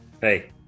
Hey